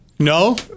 No